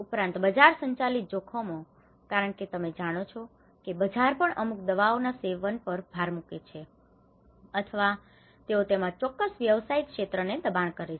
ઉપરાંત બજાર સંચાલિત જોખમો કારણ કે તમે જાણો છો કે બજાર પણ અમુક દવાઓના સેવન પર ભાર મૂકે છે અથવા તેઓ તેમાં ચોક્કસ વ્યવસાયિક ક્ષેત્રોને દબાણ કરે છે